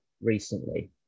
recently